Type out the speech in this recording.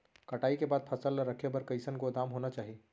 कटाई के बाद फसल ला रखे बर कईसन गोदाम होना चाही?